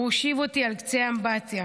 הוא הושיב אותי על קצה האמבטיה.